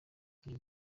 uyu